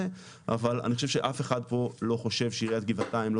אבל אני חושב שאף אחד פא לא חושב שעיריית גבעתיים לא